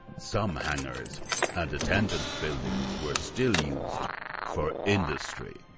some hangars and attendant buildings were still used for industry.